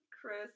chris